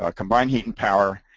ah combined heat and power.